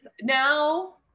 Now